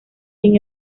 sin